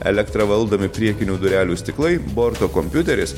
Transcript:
elektra valdomi priekinių durelių stiklai borto kompiuteris